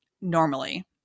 normally